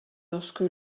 lorsque